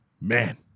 Man